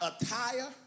attire